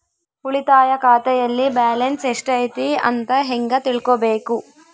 ಉಳಿತಾಯ ಖಾತೆಯಲ್ಲಿ ಬ್ಯಾಲೆನ್ಸ್ ಎಷ್ಟೈತಿ ಅಂತ ಹೆಂಗ ತಿಳ್ಕೊಬೇಕು?